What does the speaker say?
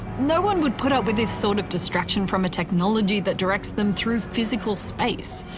no one would put up with this sort of distraction from a technology that directs them through physical space.